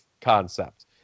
concept